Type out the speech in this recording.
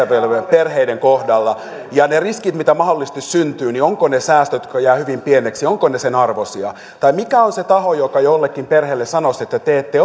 perheiden kohdalla ja ne riskit joita mahdollisesti syntyy ovatko ne säästöt jotka jäävät hyvin pieniksi sen arvoisia tai mikä on se taho joka jollekin perheelle sanoo sen että te ette